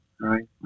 Right